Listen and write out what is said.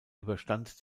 überstand